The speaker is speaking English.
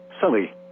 Sully